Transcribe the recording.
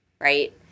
right